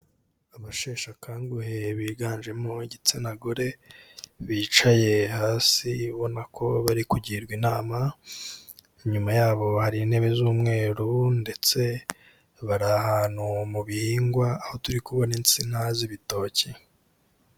Abasheshakanguhe biganjemo igitsina gore, bicaye hasi ubona ko bari kugirwa inama, inyuma yabo hari intebe z'umweru ndetse bari ahantu mu bihingwa aho turi kubona kubona insina z'ibitoki.